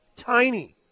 tiny